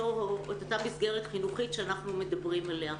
אותה מסגרת חינוכית שאנחנו מדברים עליה.